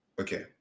okay